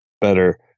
better